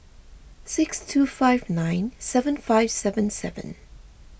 six two five nine seven five seven seven